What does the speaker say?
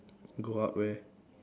go out where